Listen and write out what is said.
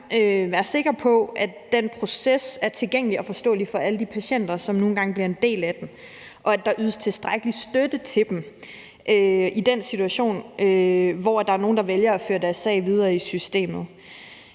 være sikker på, at den proces er tilgængelig og forståelig for alle de patienter, som nu engang bliver en del af den, og at der ydes tilstrækkelig støtte til dem i den situation, hvor der er nogle, der vælger at føre deres sag videre i systemet.